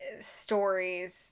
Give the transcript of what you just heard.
stories